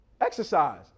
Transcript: Exercise